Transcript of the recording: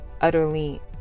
utterly